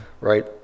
right